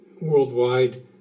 worldwide